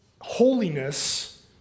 holiness